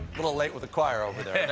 little late with the choir over there.